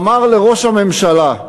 אמר לראש הממשלה: